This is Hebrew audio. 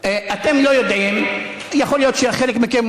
תשכח מזה.